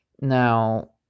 Now